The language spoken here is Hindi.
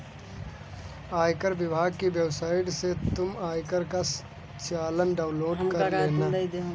आयकर विभाग की वेबसाइट से तुम आयकर का चालान डाउनलोड कर लेना